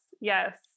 Yes